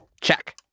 Check